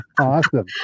Awesome